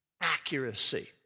accuracy